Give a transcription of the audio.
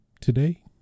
today